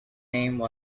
name